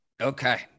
Okay